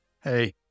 Hey